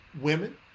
women